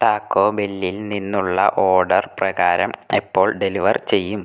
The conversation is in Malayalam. ടാക്കോ ബെല്ലിൽ നിന്നുള്ള ഓർഡർ പ്രകാരം എപ്പോൾ ഡെലിവർ ചെയ്യും